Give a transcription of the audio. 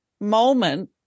moment